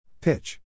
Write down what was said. Pitch